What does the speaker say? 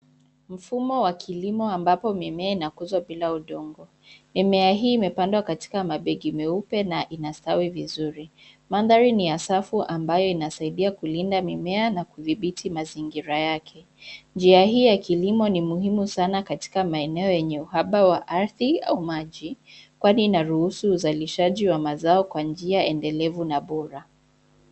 Mfumo wa kilimo ambapo mimea inakuzwa bila udongo. Mimea hii imepandwa katika mabegi meupe na inastawi vizuri. Mandhari ni ya safu ambayo inasaidia kulinda mimea na kudhibiti mazingira yake. Njia hii ya kilimo ni muhimu sana katika maeneo yenye uhaba wa ardhi au maji, kwani inaruhusu uzalishaji wa mazao kwa njia endelevu na bora.